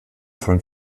von